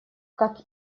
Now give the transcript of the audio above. как